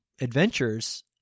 adventures